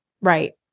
Right